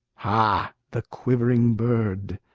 ha, the quivering bird,